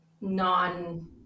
non